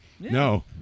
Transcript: No